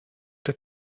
der